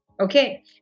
Okay